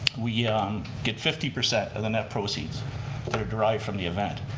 we um get fifteen percent of the net proceeds that are derived from the event.